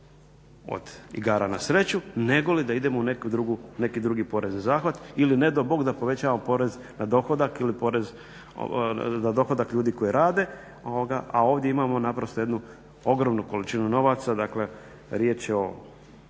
od igara na sreću nego li da idemo u neki drugi porezni zahvat ili ne dao Bog da povećamo porez na dohodak ili porez na dohodak ljudi koji rade a ovdje imamo naprosto jednu ogromnu količinu novaca, dakle riječ je o